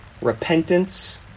Repentance